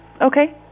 Okay